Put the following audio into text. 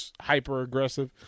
hyper-aggressive